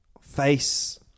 Face